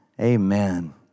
amen